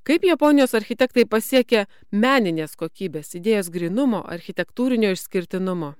kaip japonijos architektai pasiekia meninės kokybės idėjos grynumo architektūrinio išskirtinumo